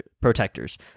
protectors